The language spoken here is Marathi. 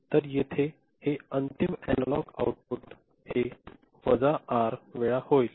तर येथे आउटपुट हे अंतिम एनालॉग आउटपुट हे वजा आर वेळा होईल